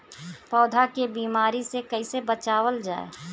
पौधा के बीमारी से कइसे बचावल जा?